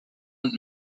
und